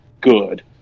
good